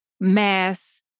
mass